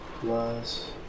Plus